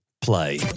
play